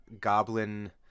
goblin